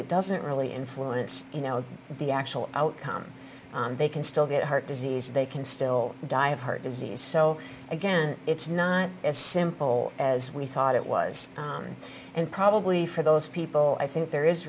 it doesn't really influence you know the actual outcome they can still get heart disease they can still die of heart disease so again it's not as simple as we thought it was and probably for those people i think there is